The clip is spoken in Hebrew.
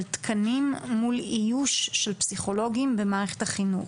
על תקנים מול איוש של פסיכולוגים במערכת החינוך.